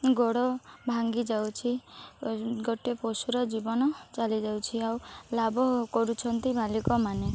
ଗୋଡ଼ ଭାଙ୍ଗିଯାଉଛି ଗୋଟେ ପଶୁର ଜୀବନ ଚାଲିଯାଉଛି ଆଉ ଲାଭ କରୁଛନ୍ତି ମାଲିକ ମାନେ